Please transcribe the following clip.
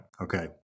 Okay